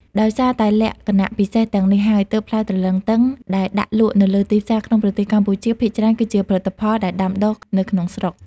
ដោយសារតែលក្ខណៈពិសេសទាំងនេះហើយ ទើបផ្លែទ្រលឹងទឹងដែលដាក់លក់នៅលើទីផ្សារក្នុងប្រទេសកម្ពុជា ភាគច្រើនគឺជាផលិតផលដែលដាំដុះនៅក្នុងស្រុក។